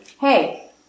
hey